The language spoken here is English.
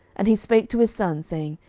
and he spake to his sons, saying,